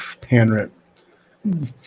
Pan-rip